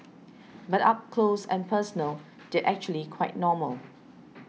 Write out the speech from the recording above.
but up close and personal they're actually quite normal